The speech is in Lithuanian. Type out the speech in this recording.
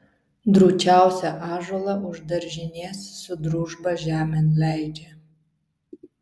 drūčiausią ąžuolą už daržinės su družba žemėn leidžia